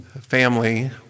family